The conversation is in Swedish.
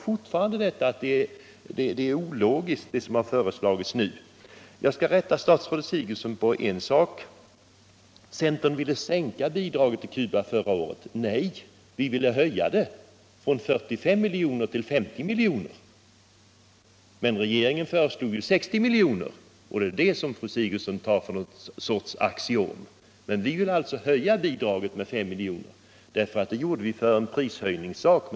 Kvar står att det som nu har föreslagits är ologiskt. Jag vill rätta statsrådet Sigurdsen, när hon påstår att centern förra året ville sänka bidraget till Cuba. Nej, vi föreslog en höjning från 45 till 50 milj.kr. Men regeringen föreslog 60 milj.kr., vilket fru Sigurdsen tar som något slags axiom. Vi ville alltså höja bidraget med 5 milj.kr. Det var med tanke på prishöjningarna.